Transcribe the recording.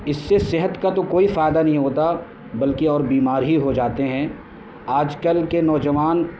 اس سے صحت کا تو کوئی فائدہ نہیں ہوتا بلکہ اور بیمار ہی ہو جاتے ہیں آج کل کے نوجوان